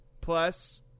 plus